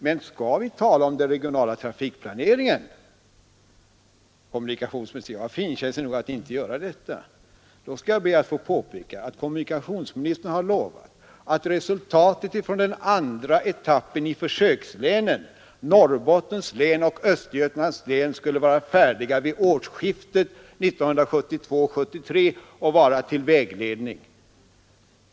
Men skall vi tala om den regionala trafikplaneringen — jag var finkänslig nog att inte göra det — skall jag be att få påpeka att kommunikationsministern har lovat att resultatet av den andra etappen i försökslänen, Norrbottens län och Östergötlands län, skulle föreligga vid årsskiftet 1972-1973 och vara till vägledning.